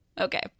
Okay